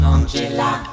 Angela